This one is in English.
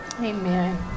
Amen